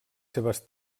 seves